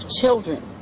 children